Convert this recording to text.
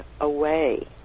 away